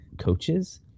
coaches